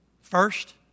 first